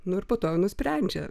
nu ir po to nusprendžia